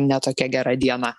ne tokia gera diena